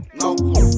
no